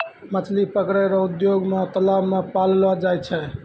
मछली पकड़ै रो उद्योग मे तालाब मे पाललो जाय छै